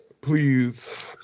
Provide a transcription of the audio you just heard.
Please